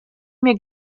mir